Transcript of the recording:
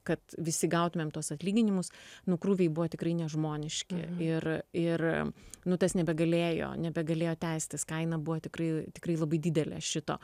kad visi gautumėm tuos atlyginimus nu krūviai buvo tikrai nežmoniški ir ir nu tas nebegalėjo nebegalėjo tęstis kaina buvo tikrai tikrai labai didelė šito